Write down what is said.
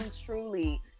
truly